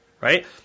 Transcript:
right